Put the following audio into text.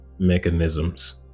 mechanisms